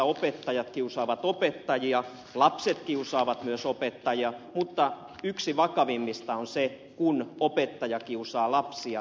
opettajat kiusaavat opettajia lapset kiusaavat myös opettajia mutta yksi vakavimmista on se kun opettaja kiusaa lapsia